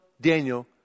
Daniel